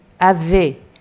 avait